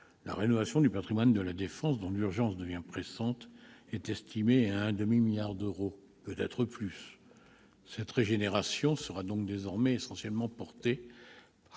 La rénovation du patrimoine de La Défense, dont l'urgence devient pressante, est estimée à un demi-milliard d'euros, peut-être plus. Cette régénération sera donc désormais essentiellement portée par